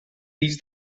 fills